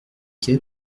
quai